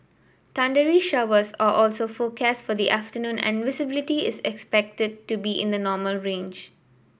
thundery showers are also forecast for the afternoon and visibility is expected to be in the normal range